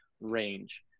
range